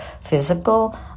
physical